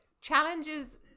challenges